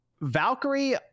Valkyrie